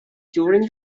touring